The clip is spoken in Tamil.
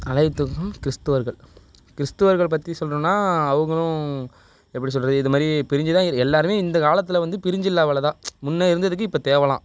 அனைத்தும் கிறிஸ்தவர்கள் கிறிஸ்தவர்கள் பற்றி சொல்லணுன்னா அவங்களும் எப்படி சொல்லுறது இதுமாதிரி பிரிஞ்சு தான் எல்லாருமே இந்த காலத்தில் வந்து பிரிஞ்சு இல்லை அவ்வளளோ தான் முன்னே இருந்ததுக்கு இப்போ தேவலாம்